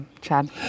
Chad